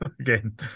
again